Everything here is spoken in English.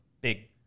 big